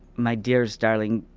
my dearest, darling